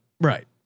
Right